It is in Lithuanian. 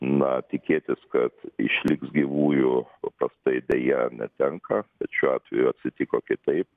na tikėtis kad išliks gyvųjų paprastai deja netenka šiuo atveju atsitiko kitaip